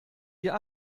ihr